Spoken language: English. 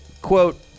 Quote